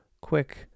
quick